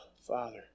Father